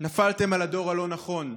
נפלתם על הדור הלא-נכון.